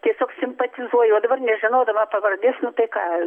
tiesiog simpatizuoju nežinodama pavardės nu tai ką